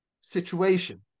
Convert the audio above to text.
situation